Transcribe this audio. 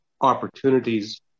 opportunities